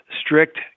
strict